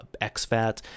XFAT